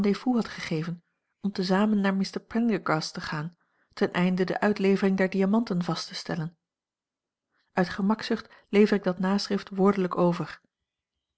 gegeven om te zamen naar mr prendergast te gaan ten einde de uitlevering der diamanten vast te stellen uit gemakzucht lever ik dat naschrift woordelijk over